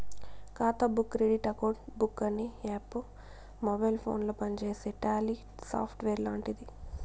ఖాతా book credit account book అనే app mobile ఫోనుల పనిచేసే టాలీ సాఫ్ట్వేర్ లాంటిది